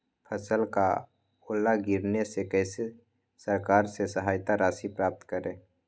फसल का ओला गिरने से कैसे सरकार से सहायता राशि प्राप्त करें?